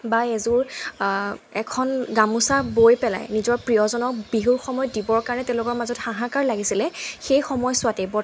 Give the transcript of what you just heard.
বা এযোৰ এখন গামোচা বৈ পেলাই নিজৰ প্ৰিয়জনক বিহুৰ সময়ত দিবৰ কাৰণে তেওঁলোকৰ মাজত হাহাকাৰ লাগিছিলে সেই সময়ছোৱাতেই